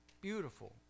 beautiful